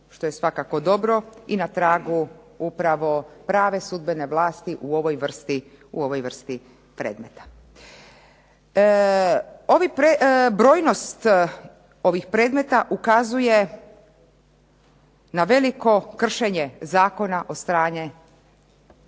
što je svakako dobro i na tragu upravo prave sudbene vlasti u ovoj vrsti predmeta. Brojnost ovih predmeta ukazuje na veliko kršenje zakona od strane